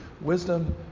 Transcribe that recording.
Wisdom